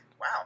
Wow